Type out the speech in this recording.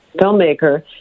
filmmaker